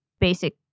basic